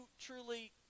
truly